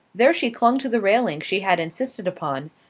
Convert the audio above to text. there she clung to the railing she had insisted upon,